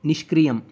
निष्क्रियम्